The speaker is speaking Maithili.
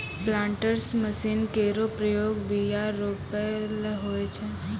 प्लांटर्स मसीन केरो प्रयोग बीया रोपै ल होय छै